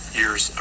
years